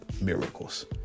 miracles